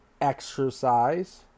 exercise